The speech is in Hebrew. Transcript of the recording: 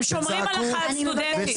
הם שומרים על הסטודנטים.